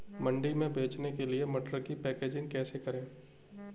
मंडी में बेचने के लिए मटर की पैकेजिंग कैसे करें?